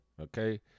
okay